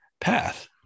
path